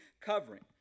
covering